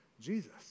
Jesus